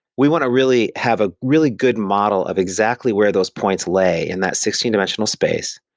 we want to really have a really good model of exactly where those points lay in that sixteen dimensional space,